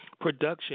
production